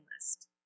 list